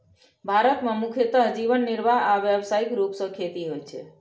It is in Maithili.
भारत मे मुख्यतः जीवन निर्वाह आ व्यावसायिक रूप सं खेती होइ छै